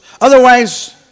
Otherwise